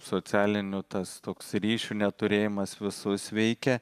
socialinių tas toks ryšių neturėjimas visus veikė